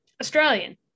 Australian